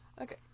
Okay